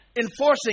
enforcing